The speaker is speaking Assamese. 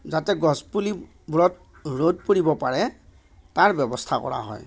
যাতে গছপুলিবোৰত ৰ'দ পৰিব পাৰে তাৰ ব্য়ৱস্থা কৰা হয়